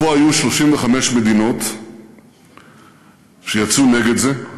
פה היו 35 מדינות שיצאו נגד זה,